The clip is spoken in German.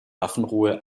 waffenruhe